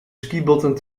skibotten